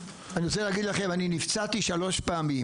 אני רוצה להגיד לכם: אני נפצעתי שלוש פעמים